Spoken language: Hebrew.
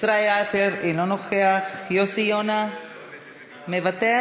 ישראל אייכלר, אינו נוכח, יוסי יונה, מוותר,